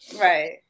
Right